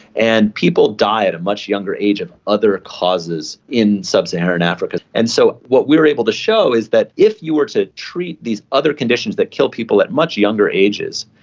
and people die at a much younger age of other causes in sub-saharan africa. and so what we were able to show is that if you were able to treat these other conditions that kill people at much younger ages,